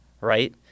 right